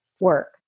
work